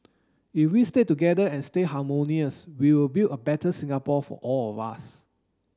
if we stay together and stay harmonious we will build a better Singapore for all of us